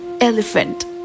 elephant